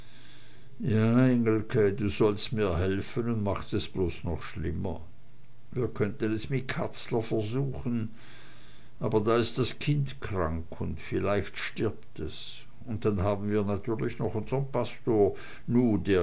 ja engelke du sollst mir helfen und machst es bloß noch schlimmer wir könnten es mit katzler versuchen aber da ist das kind krank und vielleicht stirbt es und dann haben wir natürlich noch unsern pastor